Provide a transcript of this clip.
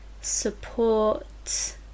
support